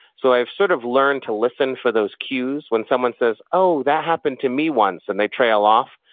so i've sort of learned to listen for those cues. when someone says, oh, that happened to me once, and they trail off,